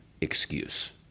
excuse